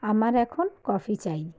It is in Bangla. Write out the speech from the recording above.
আমার এখন কফি চাই